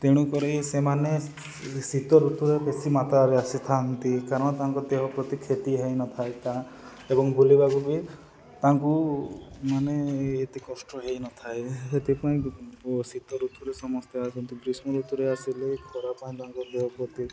ତେଣୁକରି ସେମାନେ ଶୀତ ଋତୁରେ ବେଶୀ ମାତ୍ରାରେ ଆସିଥାନ୍ତି କାରଣ ତାଙ୍କ ଦେହ ପ୍ରତି କ୍ଷତି ହେଇନଥାଏ ତା ଏବଂ ବୁଲିବାକୁ ବି ତାଙ୍କୁ ମାନେ ଏତେ କଷ୍ଟ ହେଇନଥାଏ ସେଥିପାଇଁ ଶୀତ ଋତୁରେ ସମସ୍ତେ ଆସନ୍ତି ଗ୍ରୀଷ୍ମ ଋତୁରେ ଆସିଲେ ଖରା ପାଇଁ ତାଙ୍କ ଦେହ ପ୍ରତି